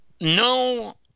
No